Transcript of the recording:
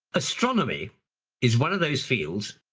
astronomy is one of those fields,